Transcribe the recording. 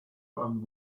and